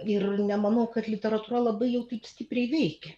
ir nemanau kad literatūra labai jau taip stipriai veikia